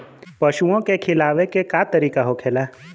पशुओं के खिलावे के का तरीका होखेला?